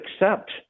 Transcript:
accept